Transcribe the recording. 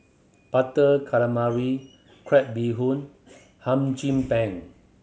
Butter Calamari crab bee hoon Hum Chim Peng